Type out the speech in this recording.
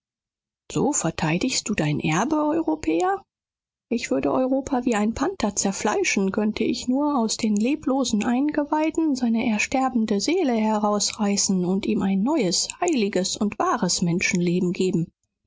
so verteidigst du dein erbe europäer ich würde europa wie ein panther zerfleischen könnte ich nur aus den leblosen eingeweiden seine ersterbende seele herausreißen und ihm ein neues heiliges und wahres menschenleben geben